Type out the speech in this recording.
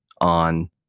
on